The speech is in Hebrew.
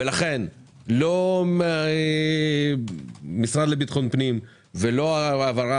לכן לא משרד לביטחון פנים ולא ההעברה